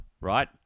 right